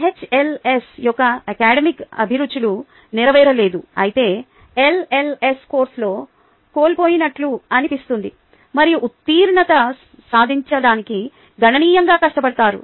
HLS యొక్క academic అభిరుచులు నెరవేరలేదు అయితే ఎల్ఎల్ఎస్ కోర్సులో కోల్పోయినట్లు అనిపిస్తుంది మరియు ఉత్తీర్ణత సాధించడానికి గణనీయంగా కష్టపడతారు